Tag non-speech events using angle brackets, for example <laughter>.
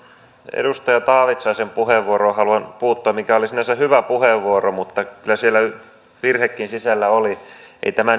edustaja taavitsaisen puheenvuoroon haluan puuttua mikä oli sinänsä hyvä puheenvuoro mutta kyllä siellä virhekin sisällä oli ei tämä <unintelligible>